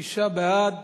שישה בעד